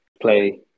play